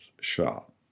shot